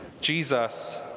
Jesus